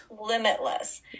limitless